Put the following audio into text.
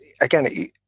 again